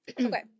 Okay